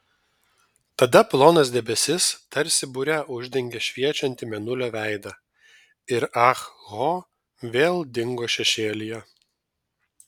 tada plonas debesis tarsi bure uždengė šviečiantį mėnulio veidą ir ah ho vėl dingo šešėlyje